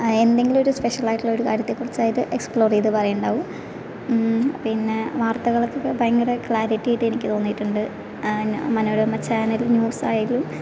എന്തെങ്കിലും ഒരു സ്പെഷ്യൽ ആയിട്ടുള്ളൊരു കാര്യത്തെ കുറിച്ചായിട്ട് എക്സ്പ്ലോർ ചെയ്ത് പറയണുണ്ടാവും പിന്നെ വാർത്തകളൊക്കെ ഭയങ്കര ക്ലാരിറ്റിയായിട്ട് എനിക്ക് തോന്നിയിട്ടുണ്ട് മനോരമ ചാനലിൽ ന്യൂസ് ആയാലും